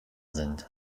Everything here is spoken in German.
sind